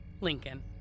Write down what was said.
Lincoln